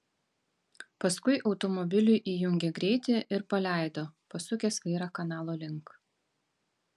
paskui automobiliui įjungė greitį ir paleido pasukęs vairą kanalo link